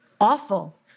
awful